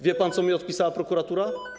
Wie pan, co mi odpisała prokuratura?